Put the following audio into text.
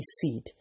seed